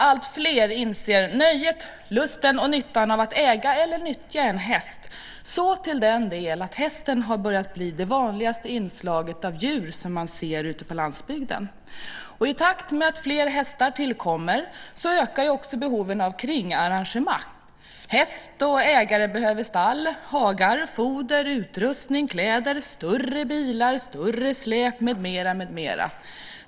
Alltfler inser nöjet, lusten och nyttan av att äga eller nyttja en häst, så till den grad att hästen har börjat bli det vanligaste inslaget av djur som man ser ute på landsbygden. I takt med att fler hästar tillkommer ökar också behovet att kringarrangemang. Häst och ägare behöver stall, hagar, foder, utrustning, kläder, större bilar, större släp med mera.